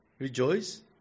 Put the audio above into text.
Rejoice